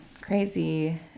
crazy